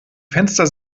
fenster